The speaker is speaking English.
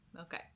Okay